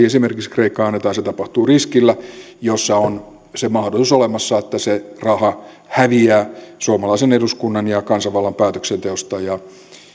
esimerkiksi kreikkaan annetaan se tapahtuu riskillä jossa on olemassa se mahdollisuus että se raha häviää suomalaisen eduskunnan ja kansanvallan päätöksenteosta ja